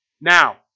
now